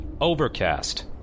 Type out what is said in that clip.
Overcast